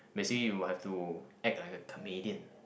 basically you have to act like a comedian